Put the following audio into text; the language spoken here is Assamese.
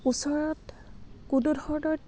ওচৰত কোনো ধৰণৰ